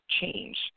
change